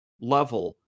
level